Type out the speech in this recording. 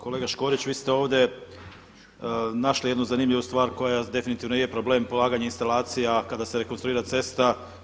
Kolega Škorić, vi ste ovdje našli jednu zanimljivu stvar koja definitivno je problem polaganje instalacija kada se rekonstruira cesta.